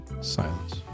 silence